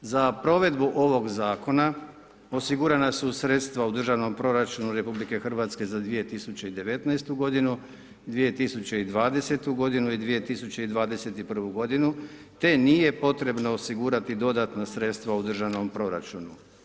Za provedbu ovog Zakona osigurana su sredstva u državnom proračunu Republike Hrvatske za 2019. godinu, 2020. godinu i 2021. godinu, te nije potrebno osigurati dodatna sredstva u državnom proračunu.